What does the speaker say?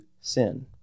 sin